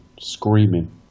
screaming